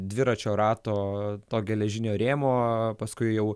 dviračio rato to geležinio rėmo paskui jau